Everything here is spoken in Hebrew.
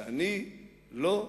שאני לא,